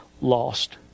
lost